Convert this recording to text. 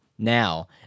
now